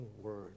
word